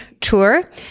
tour